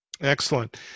Excellent